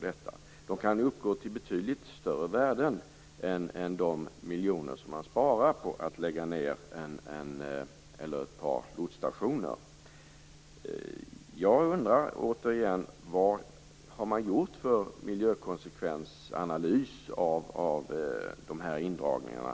De kan uppgå till betydligt större ekonomiska värden än de miljoner som man sparar med att lägga ned ett par lotsstationer. Jag undrar återigen vad det har gjorts för miljökonsekvensanalyser av indragningarna.